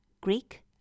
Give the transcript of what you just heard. Greek